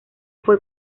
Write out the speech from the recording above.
fue